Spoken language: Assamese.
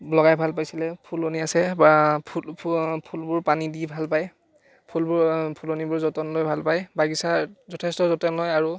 লগাই ভাল পাইছিলে ফুলনি আছে বা ফুলবোৰত পানী দি ভাল পায় ফুলবোৰ ফুলনিবোৰৰ যতন লৈ ভাল পায় বাগিছাৰ যথেষ্ট যতন লয় আৰু